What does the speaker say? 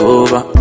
over